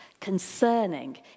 concerning